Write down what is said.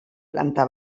planta